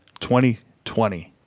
2020